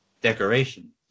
decoration